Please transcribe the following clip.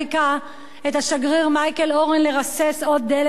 את השגריר מייקל אורן, לרסס עוד דלק על המדורה.